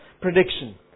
prediction